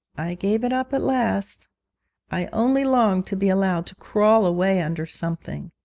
gave it up at last i only longed to be allowed to crawl away under something!